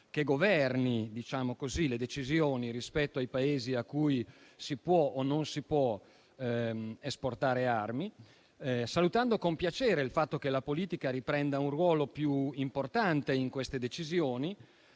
che governi le decisioni relative ai Paesi verso i quali si possono o non si possono esportare armi, e salutiamo con piacere il fatto che la politica riprenda un ruolo più importante in queste decisioni.